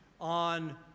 on